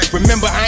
Remember